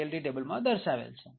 plt ટેબલમાં દર્શાવેલ છે